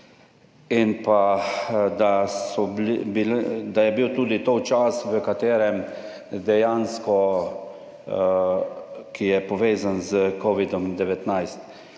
bili, da je bil tudi to čas, v katerem dejansko, ki je povezan s Covidom-19.